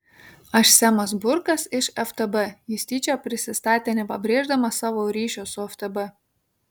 aš semas burkas iš ftb jis tyčia prisistatė nepabrėždamas savo ryšio su ftb